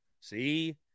see